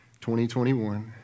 2021